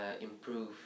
improve